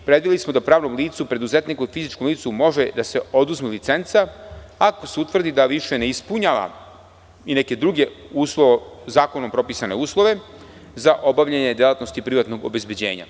Predvideli smo da pravnom licu, preduzetniku i fizičkom licu može da se oduzme licenca, ako se utvrdi da više ne ispunjava i neke druge zakonom propisane uslove za obavljanje delatnost privatnog obezbeđenja.